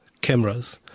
cameras